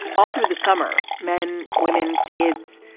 all through the summer. men women kids.